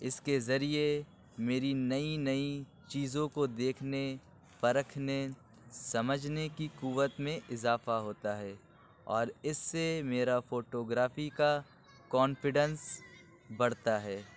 اس کے ذریعے میری نئی نئی چیزوں کو دیکھنے پرکھنے سمجھنے کی قوت میں اضافہ ہوتا ہے اور اس سے میرا فوٹوگرافی کا کانفیڈینس بڑھتا ہے